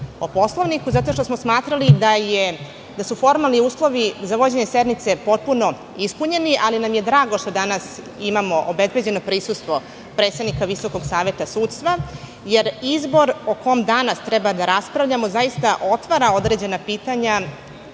o Poslovniku zato što smo smatrali da su formalni uslovi za vođenje sednice potpuno ispunjeni, ali nam je drago da imamo obezbeđeno prisustvo predsednika Visokog saveta sudstva, jer izbor o kome danas treba da raspravljamo otvara određena pitanja